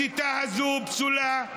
השיטה הזאת פסולה.